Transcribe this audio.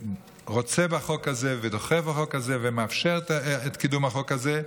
שרוצה בחוק הזה ודוחף את החוק הזה ומאפשר את קידום החוק הזה.